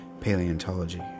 paleontology